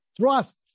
trust